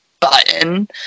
button